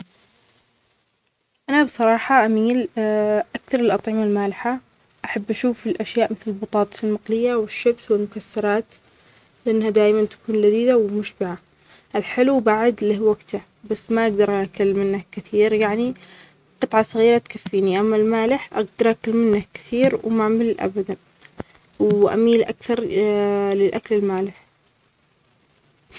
انا بصراحة اميل اكتر للاطعمة المالحة احب اشوف الاشياء مثل البطاطس المقلية والشيبس والمكسرات لانها دايماَ تكون لذيذة ومشبعة .الحلو بعد له وقته بس ما اقدر اكل منه كثير يعني قطعة صغيرة تكفيني اما المالح اقدر اكل منه كثير وما مل أبداَ واميل اكتر للاكل المالح.